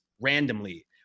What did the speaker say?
randomly